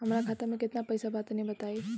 हमरा खाता मे केतना पईसा बा तनि बताईं?